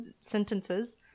sentences